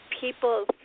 people